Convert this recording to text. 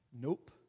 Nope